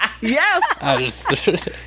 Yes